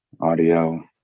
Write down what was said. audio